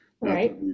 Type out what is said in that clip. Right